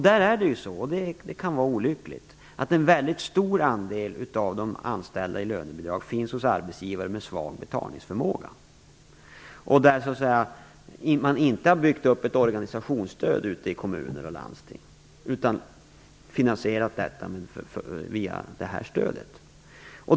Där är det så, vilket ju kan vara olyckligt, att en väldigt stor andel av de anställda med lönebidrag finns hos arbetsgivare med svag betalningsförmåga och där man inte har byggt upp ett organisationsstöd ute i kommuner och landsting utan har finansierat detta via det här stödet.